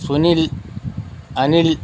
Sunil Anil